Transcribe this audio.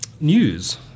news